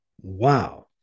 Wow